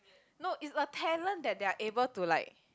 no is a talent that they are able to like